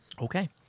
Okay